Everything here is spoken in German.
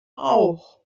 auch